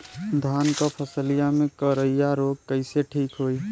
धान क फसलिया मे करईया रोग कईसे ठीक होई?